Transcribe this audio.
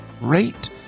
rate